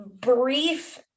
brief